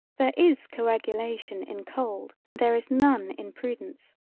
there is coagulation in cold and there is none in prudence.